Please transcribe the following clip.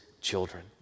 children